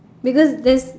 because there's